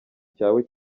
cyawe